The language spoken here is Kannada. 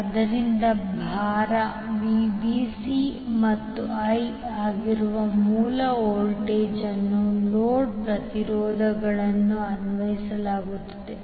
ಆದ್ದರಿಂದ ಭಾರ 𝐕𝑏𝑐 ಮತ್ತು i ಆಗಿರುವ ಮೂಲ ವೋಲ್ಟೇಜ್ ಅನ್ನು ಲೋಡ್ ಪ್ರತಿರೋಧಗಳಲ್ಲೂ ಅನ್ವಯಿಸಲಾಗುತ್ತದೆ